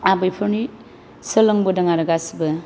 आबैफोरनि सोलोंबोदों आरो गासिबो